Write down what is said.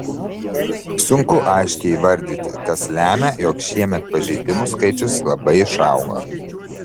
sunku aiškiai įvardyti kas lemia jog šiemet pažeidimų skaičius labai išaugo